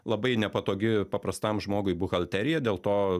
labai nepatogi paprastam žmogui buhalterija dėl to